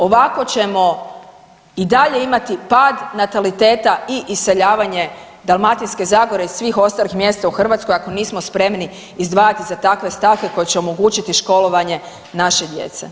Ovako ćemo i dalje imati pad nataliteta i iseljavanje Dalmatinske zagore i svih ostalih mjesta u Hrvatskoj ako nismo spremni izdvajati za takve stavke koje će omogućiti školovanje naše djece.